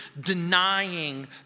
denying